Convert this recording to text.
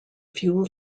fuel